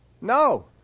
No